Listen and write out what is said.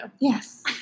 Yes